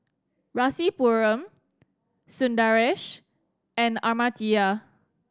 Rasipuram Sundaresh and Amartya